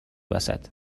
وسط